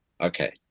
Okay